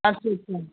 अच्छा अच्छा